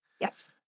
Yes